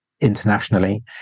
internationally